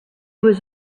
was